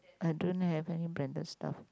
I don't have any branded stuff